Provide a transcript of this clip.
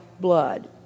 blood